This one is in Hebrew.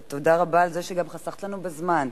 ותודה רבה גם על זה שחסכת לנו בזמן.